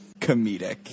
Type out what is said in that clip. comedic